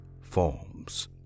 forms